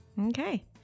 Okay